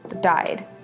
died